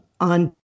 on